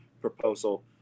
proposal